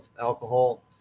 alcohol